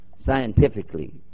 Scientifically